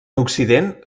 occident